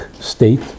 state